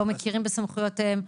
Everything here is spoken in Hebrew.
לא מכירים בסמכויותיהם.